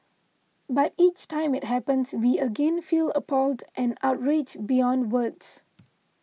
but each time it happens we again feel appalled and outraged beyond words